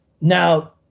Now